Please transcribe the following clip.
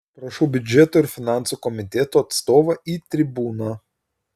prašau biudžeto ir finansų komiteto atstovą į tribūną